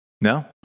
No